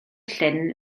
llyn